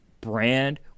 Brand